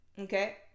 Okay